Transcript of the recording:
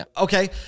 Okay